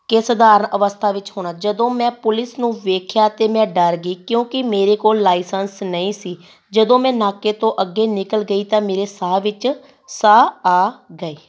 ਕਿ ਸਧਾਰਨ ਅਵਸਥਾ ਵਿੱਚ ਹੋਣਾ ਜਦੋਂ ਮੈਂ ਪੁਲਿਸ ਨੂੰ ਵੇਖਿਆ ਤਾਂ ਮੈਂ ਡਰ ਗਈ ਕਿਉਂਕਿ ਮੇਰੇ ਕੋਲ ਲਾਈਸੰਸ ਨਹੀਂ ਸੀ ਜਦੋਂ ਮੈਂ ਨਾਕੇ ਤੋਂ ਅੱਗੇ ਨਿਕਲ ਗਈ ਤਾਂ ਮੇਰੇ ਸਾਹ ਵਿੱਚ ਸਾਹ ਆ ਗਏ